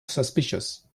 suspicious